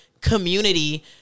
community